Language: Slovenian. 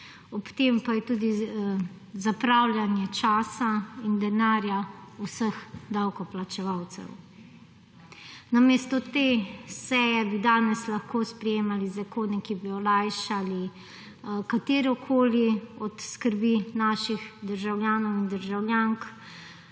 ob tem pa je tudi zapravljanje časa in denarja vseh davkoplačevalcev. Namesto te seje bi danes lahko sprejemali zakone, ki bi olajšali katerokoli od skrbi naših državljanov in državljank.